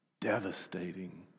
devastating